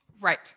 Right